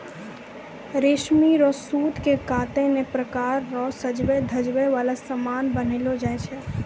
रेशमी रो सूत से कतै नै प्रकार रो सजवै धजवै वाला समान बनैलो जाय छै